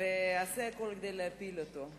ואעשה הכול כדי להפיל אותו,